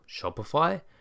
Shopify